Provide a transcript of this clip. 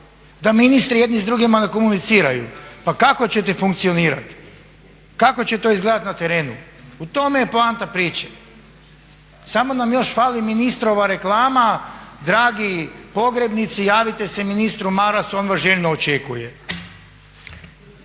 da ministri jedni s drugima ne komuniciraju. Pa kako ćete funkcionirati? Kako će to izgledati na terenu? U tome je poanta priče. Samo nam još fali ministrova reklama, dragi pogrebnici javite se ministru Marasu, on vas željno očekuje.